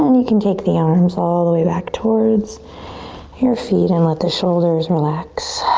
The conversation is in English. and we can take the arms all the way back towards your feet and let the shoulders relax.